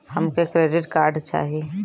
हमके credit card चाही